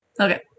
Okay